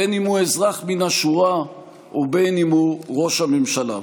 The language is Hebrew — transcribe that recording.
בין שהוא אזרח מן השורה ובין שהוא ראש הממשלה.